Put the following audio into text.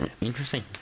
Interesting